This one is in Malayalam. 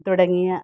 തുടങ്ങിയ